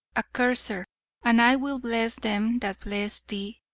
a curser and i will bless them that bless thee,